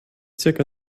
zirka